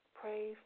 pray